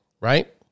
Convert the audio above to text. right